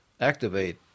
activate